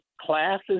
classes